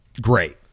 great